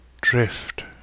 drift